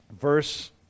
verse